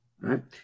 Right